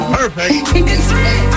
Perfect